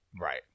Right